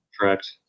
Correct